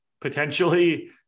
potentially